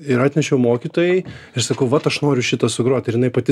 ir atnešiau mokytojai ir sakau vat aš noriu šitą sugrot ir jinai pati